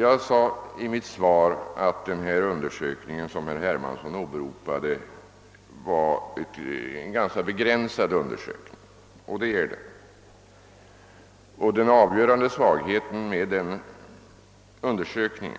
Jag sade i mitt svar att denna undersökning, som herr Hermansson åberopade, var ganska begränsad, och det är den. Den avgörande svagheten i denna undersökning,